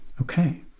Okay